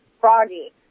froggy